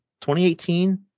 2018